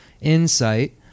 insight